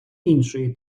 іншої